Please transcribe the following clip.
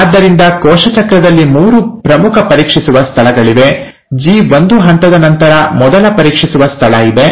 ಆದ್ದರಿಂದ ಕೋಶ ಚಕ್ರದಲ್ಲಿ ಮೂರು ಪ್ರಮುಖ ಪರೀಕ್ಷಿಸುವ ಸ್ಥಳಗಳಿವೆ ಜಿ1 ಹಂತದ ನಂತರ ಮೊದಲ ಪರೀಕ್ಷಿಸುವ ಸ್ಥಳ ಇದೆ